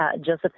Joseph